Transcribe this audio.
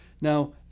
Now